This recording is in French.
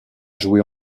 joué